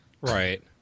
right